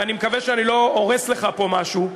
ואני מקווה שאני לא הורס לך פה משהו,